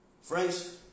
Friends